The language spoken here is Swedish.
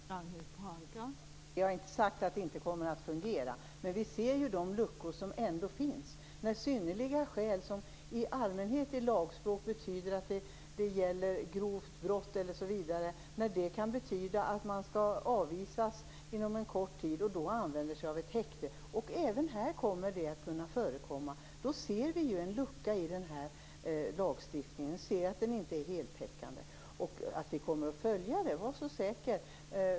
Fru talman! Jag har inte sagt att det inte kommer att fungera, men vi ser de luckor som ändå finns. "Synnerliga skäl" förekommer i allmänhet i lagspråk i samband med grovt brott. Att en utlänning skall avvisas inom en kort tid kan tydligen också utgöra synnerliga skäl, efter som man då använder sig av ett häkte. Även med denna lag kommer det att kunna förekomma. Vi ser en lucka i lagstiftningen. Vi ser att lagen inte är heltäckande. Vi kommer att följa förslaget - var så säker!